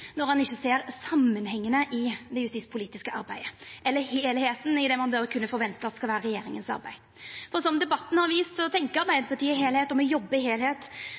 når han ikkje ser samanhengane i det justispolitiske arbeidet, eller heilskapen i det ein bør kunne forventa skal vera regjeringas arbeid. Som debatten har vist, tenkjer Arbeidarpartiet